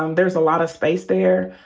um there is a lotta space there.